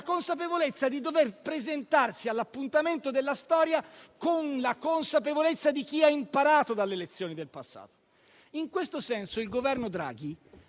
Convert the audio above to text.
consapevolezza di dover presentarsi all'appuntamento della storia con la consapevolezza di chi ha imparato dalle lezioni del passato. In questo senso il Governo Draghi